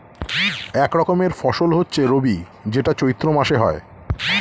এক রকমের ফসল হচ্ছে রবি যেটা চৈত্র মাসে হয়